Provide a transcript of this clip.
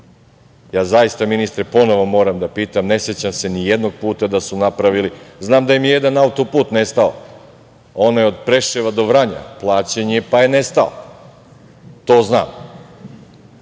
vlasti? Zaista ministre, ponovo moram da pitam, ne sećam se nijednog puta da su napravili, znam da im je jedan autoput nestao, onaj od Preševa do Vranja, plaćen je pa je nestao, to znam.